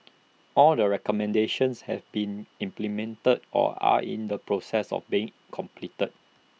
all the recommendations have been implemented or are in the process of being completed